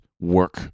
work